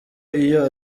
iyo